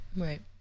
Right